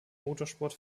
motorsport